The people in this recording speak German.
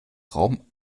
raum